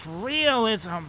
realism